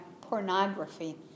pornography